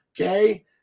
Okay